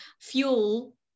fuel